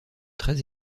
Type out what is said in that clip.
très